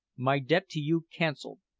my debt to you cancelled.